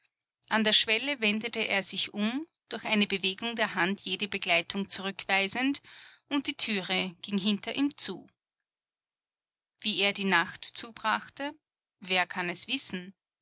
an der schwelle wendete er sich um durch eine bewegung der hand jede begleitung zurückweisend und die türe ging hinter ihm zu wie er die nacht zubrachte wer kann es wissen